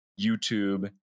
YouTube